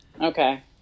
Okay